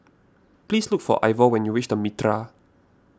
please look for Ivor when you reach the Mitraa